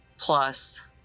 plus